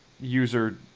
user